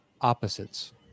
opposites